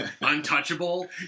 untouchable